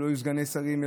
שלא יהיו סגני שרים,